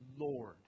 Lord